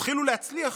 ותתחילו להצליח.